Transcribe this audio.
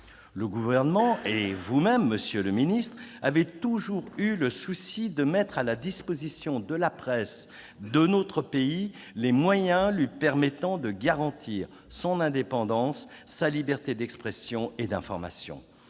Le Gouvernement et vous-même, monsieur le ministre, avez toujours eu le souci de mettre à la disposition de la presse de notre pays les moyens lui permettant de garantir son indépendance, sa liberté d'expression et d'information.